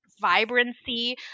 vibrancy